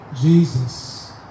Jesus